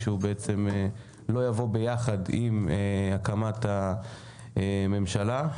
שלא יבוא ביחד עם הקמת הממשלה.